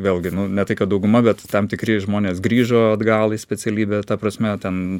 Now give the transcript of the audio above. vėlgi ne tai kad dauguma bet tam tikri žmonės grįžo atgal į specialybę ta prasme ten